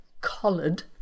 collared